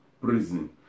prison